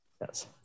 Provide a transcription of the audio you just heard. yes